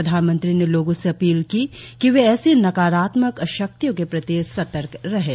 प्रधानमंत्री ने लोगों से अपील की कि वे ऐसी नकारात्मक शक्तियों के प्रति सतर्क रहें